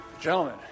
Gentlemen